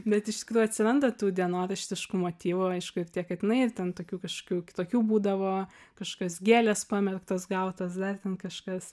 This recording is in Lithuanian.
bet iš tikrųjų atsiranda tų dienoraštiškų motyvų aišku ir tie katinai ir ten tokių kažkokių kitokių būdavo kažkokios gėlės pamerktos gautos dar ten kažkas